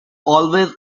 always